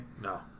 No